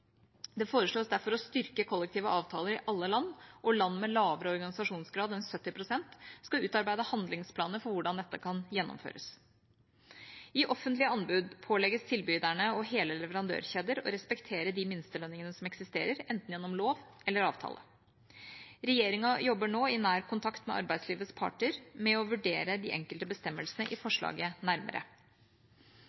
Det foreslås derfor å styrke kollektive avtaler i alle land, og land med lavere organisasjonsgrad enn 70 pst. skal utarbeide handlingsplaner for hvordan dette kan gjennomføres. I offentlige anbud pålegges tilbydere og hele leverandørkjeder å respektere de minstelønningene som eksisterer, enten gjennom lov eller gjennom avtale. Regjeringa arbeider nå i nær kontakt med arbeidslivets parter med å vurdere de enkelte bestemmelsene i